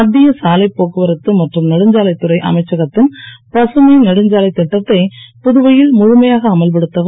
மத்திய சாலை போக்குவரத்து மற்றும் நெடுஞ்சாலைத் துறை அமைச்சகத்தின் பசுமை நெடுஞ்சாலைத் திட்டத்தை புதுவையில் முழுமையாக அமல்படுத்தவும்